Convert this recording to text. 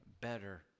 better